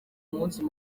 umunsi